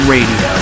Radio